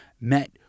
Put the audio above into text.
met